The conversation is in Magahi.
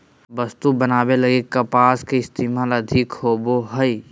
वस्त्र बनावे लगी कपास के इस्तेमाल अधिक होवो हय